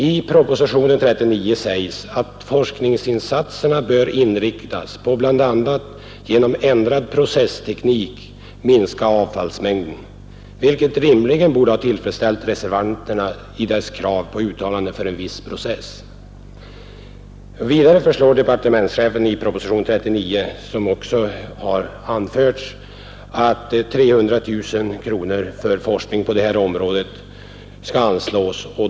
I propositionen 39 sägs att forskningsinsatserna bör inriktas på att bl.a. genom ändrad processteknik minska avfallsmängden, vilket rimligen borde ha tillfredsställt reservanterna i deras krav på ett uttalande för en viss process. Vidare föreslår departementschefen i nämnda proposition, som också har anförts tidigare, att 300 000 kronor skall anslås för forskning på detta område.